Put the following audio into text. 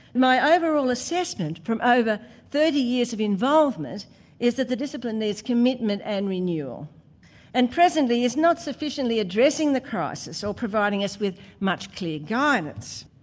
my overall assessment from over thirty years of involvement is that the discipline needs commitment and renewal and presently is not sufficiently addressing the crisis, or so providing us with much clear guidance.